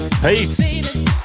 Peace